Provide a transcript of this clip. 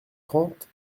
trente